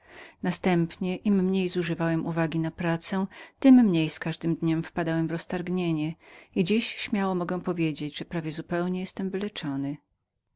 następnie im mniej zużywałem uwagi tem mniej z każdym dniem wpadałem w roztargnienie i dziś śmiało mogę powiedzieć że już zupełnie jestem wyleczony